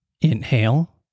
Inhale